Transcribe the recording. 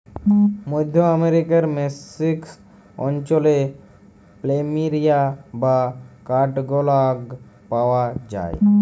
মধ্য আমরিকার মেক্সিক অঞ্চলে প্ল্যামেরিয়া বা কাঠগলাপ পাওয়া যায়